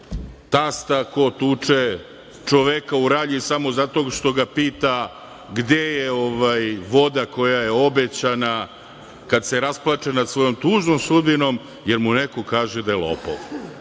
tasta, ko tuče čoveka u Ralji samo zato što ga pita gde je voda koja je obećana, kada se rasplače nad svojom tužnom sudbinom jer mu neko kaže da je lopov.